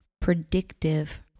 predictive